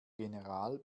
general